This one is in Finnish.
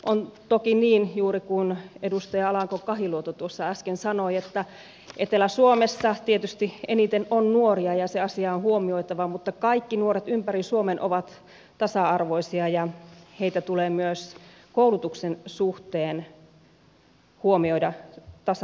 on toki juuri niin kuin edustaja alanko kahiluoto tuossa äsken sanoi että etelä suomessa on tietysti eniten nuoria ja se asia on huomioitava mutta kaikki nuoret ympäri suomen ovat tasa arvoisia ja heitä tulee myös koulutuksen suhteen huomioida tasa arvoisesti